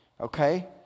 Okay